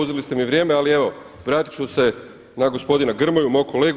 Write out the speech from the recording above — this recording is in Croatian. Uzeli ste mi vrijeme, ali evo vratit ću se na gospodina Grmoju, mog kolegu.